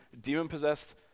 demon-possessed